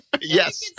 Yes